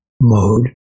mode